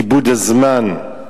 איבוד הזמן?